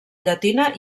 llatina